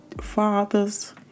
fathers